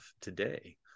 today